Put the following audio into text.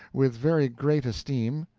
with very great esteem,